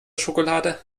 schokolade